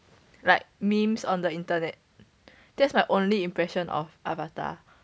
like memes on the internet that's my only impression of avatar